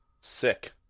Sick